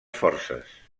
forces